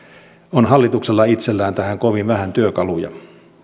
on hallituksella itsellään tähän kovin vähän työkaluja